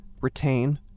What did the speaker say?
retain